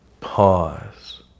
Pause